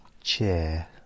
chair